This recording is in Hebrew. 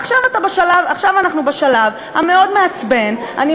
עכשיו אנחנו בשלב המאוד-מעצבן,